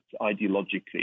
ideologically